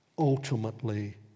Ultimately